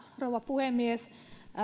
rouva puhemies